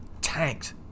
tanked